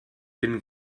bin